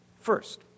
First